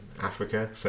Africa